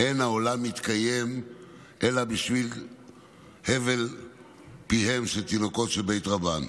אין העולם מתקיים אלא בשביל הבל פיהם תינוקות של בית רבן".